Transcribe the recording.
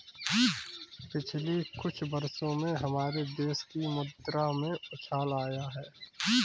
पिछले कुछ वर्षों में हमारे देश की मुद्रा में उछाल आया है